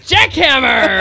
Jackhammer